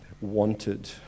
wanted